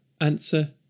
Answer